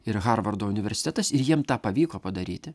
ir harvardo universitetas ir jiem tą pavyko padaryti